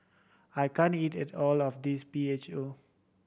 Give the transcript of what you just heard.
I can't eat it all of this P H O